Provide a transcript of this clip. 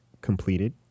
completed